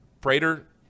Prater